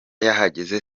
yahageze